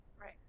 right